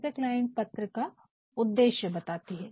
subject line पत्र का उद्देश्य बताती है